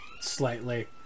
slightly